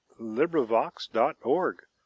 LibriVox.org